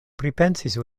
pripensis